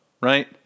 right